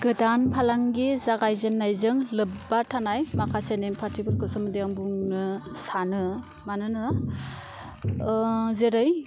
गोदान फालांगि जागायजेन्नायजों लोब्बा थानाय माखासे नेमखान्थिफोरनि सोमोन्दै आं बुंनो सानो मानोना जेरै